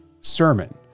sermon